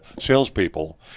salespeople